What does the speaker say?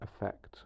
effect